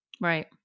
Right